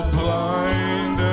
blind